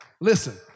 Listen